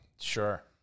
sure